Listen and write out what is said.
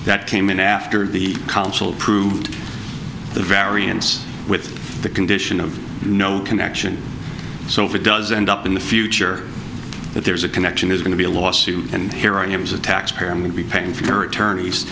that came in after the council proved the variance with the condition of no connection so if it does end up in the future if there's a connection is going to be a lawsuit and here i am as a taxpayer i'm going to be paying for your attorneys